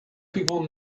people